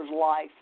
life